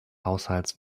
haushalts